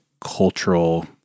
cultural